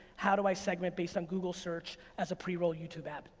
how do i segment based on google search as a pre-roll youtube app?